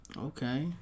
Okay